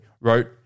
wrote